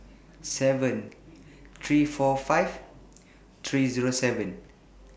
seven three four five three Zero seven